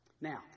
Now